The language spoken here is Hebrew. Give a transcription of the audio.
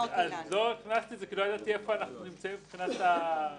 לא הכנסתי את זה כי לא ידעתי איפה אנחנו נמצאים מבחינת ההוראה.